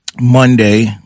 Monday